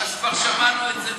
כבר שמענו את זה,